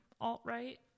alt-right